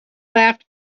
laughed